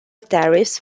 tariffs